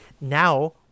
now